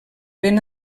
ben